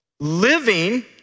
Living